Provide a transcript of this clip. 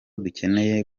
dukeneye